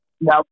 No